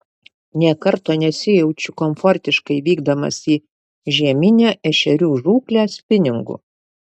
nė karto nesijaučiu komfortiškai vykdamas į žieminę ešerių žūklę spiningu